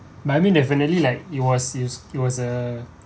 but I mean definitely like it was is it was uh